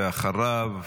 ואחריו,